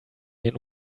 den